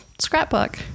Scrapbook